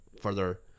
further